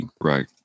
Right